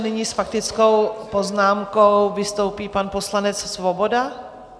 Nyní s faktickou poznámkou vystoupí pan poslanec Svoboda.